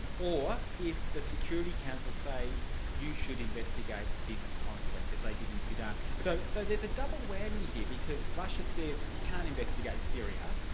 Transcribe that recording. or if the security council say you should investigate this conflict, as they did in sudan. so so there's a double whammy here because russia says you can't investigate syria,